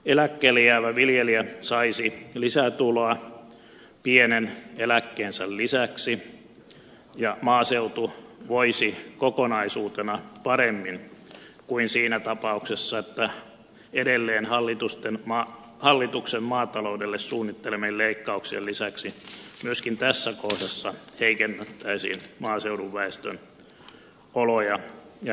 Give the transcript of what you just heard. eläkkeelle jäävä viljelijä saisi lisätuloa pienen eläkkeensä lisäksi ja maaseutu voisi kokonaisuutena paremmin kuin siinä tapauksessa että edelleen hallituksen maataloudelle suunnittelemien leikkauksien lisäksi myöskin tässä kohdassa heikennettäisiin maaseudun väestön oloja ja elinmahdollisuuksia